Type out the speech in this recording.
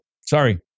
sorry